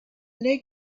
leg